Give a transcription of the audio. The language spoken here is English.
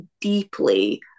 deeply